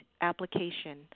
application